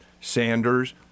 Sanders